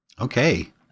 Okay